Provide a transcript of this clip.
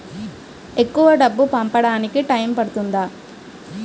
ఎక్కువ డబ్బు పంపడానికి టైం పడుతుందా?